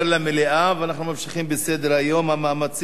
אנחנו ממשיכים בהצעות לסדר-היום שמספרן 8379,